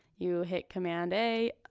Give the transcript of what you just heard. you hit command a,